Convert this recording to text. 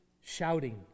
shouting